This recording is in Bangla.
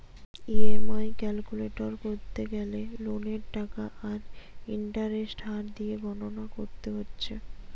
ই.এম.আই ক্যালকুলেট কোরতে গ্যালে লোনের টাকা আর ইন্টারেস্টের হার দিয়ে গণনা কোরতে হচ্ছে